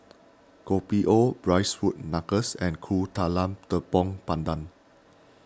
Kopi O Braised wood Knuckles and Kuih Talam Tepong Pandan